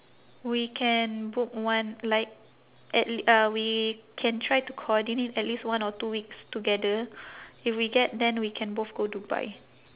we can book one like at uh we can try to coordinate at least one or two weeks together if we get then we can both go dubai